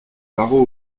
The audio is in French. barreaux